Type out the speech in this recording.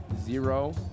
zero